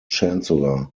chancellor